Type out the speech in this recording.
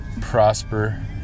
Prosper